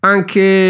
Anche